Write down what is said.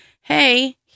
Hey